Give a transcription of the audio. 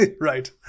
right